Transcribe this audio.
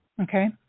Okay